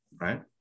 right